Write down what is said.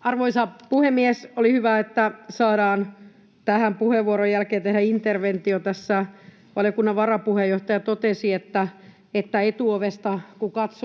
Arvoisa puhemies! Oli hyvä, että saadaan tähän puheenvuoron jälkeen tehdä interventio. Tässä valiokunnan varapuheenjohtaja totesi, että kun katsoo Etuovesta,